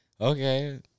okay